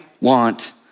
want